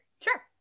sure